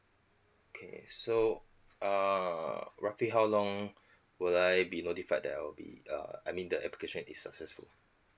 okay so err roughly how long will I be notified that I will be err I mean the application is successful